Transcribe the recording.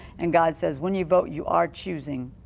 and god says when you vote you are choosing.